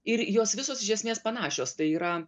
ir jos visos iš esmės panašios tai yra